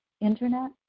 internet